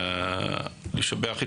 לשבח את